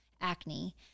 acne